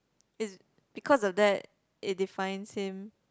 is because of that it defines him